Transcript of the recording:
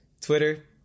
Twitter